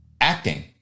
acting